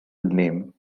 name